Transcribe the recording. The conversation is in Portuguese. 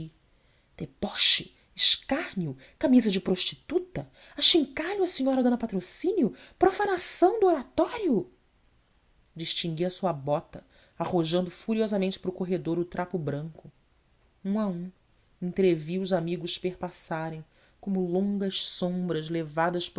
titi deboche escárnio camisa de prostituta achincalho à senhora dona patrocínio profanação do oratório distingui a sua bota arrojando furiosamente para o corredor o trapo branco um a um entrevi os amigos perpassarem como longas sombras levadas